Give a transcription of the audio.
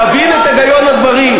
תבין את הגיון הדברים.